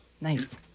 Nice